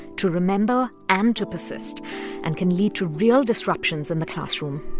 to remember and to persist and can lead to real disruptions in the classroom